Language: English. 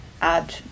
add